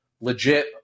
legit